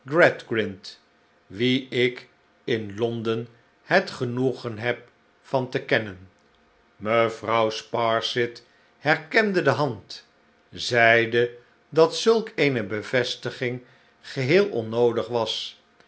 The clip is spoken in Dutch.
wien ik in louden het genoegen heb van te kennen mevrouw sparsit herkende de hand zeide dat zulk eene bevestiging geheel onnoodig was